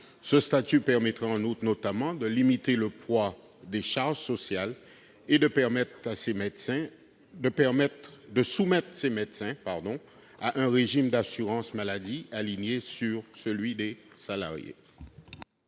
Ce statut permettrait notamment de limiter le poids des charges sociales et de soumettre ces médecins à un régime d'assurance maladie aligné sur celui des salariés.